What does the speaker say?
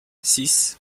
six